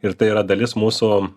ir tai yra dalis mūsų